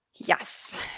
Yes